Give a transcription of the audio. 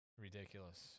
ridiculous